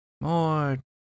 more